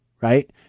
right